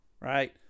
right